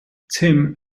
tim